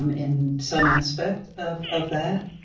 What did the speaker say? um in some aspect of of that.